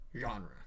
genre